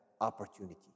opportunity